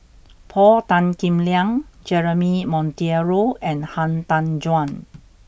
Paul Tan Kim Liang Jeremy Monteiro and Han Tan Juan